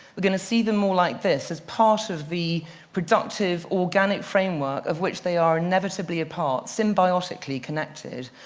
we're going to see them more like this, as part of the productive, organic framework of which they are inevitably a part, symbiotically connected.